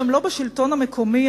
שהם לא בשלטון המקומי,